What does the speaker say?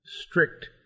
strict